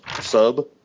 sub